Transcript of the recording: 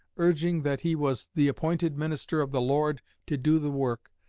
urging that he was the appointed minister of the lord to do the work,